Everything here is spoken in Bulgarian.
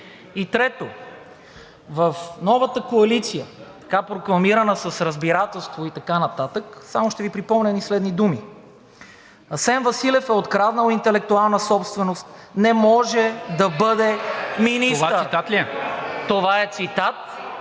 Трето, в новата коалиция, прокламирана с разбирателство и така нататък, само ще Ви припомня едни думи: „Асен Василев е откраднал интелектуална собственост, не може да бъде министър!“ (Шум и